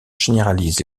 généralise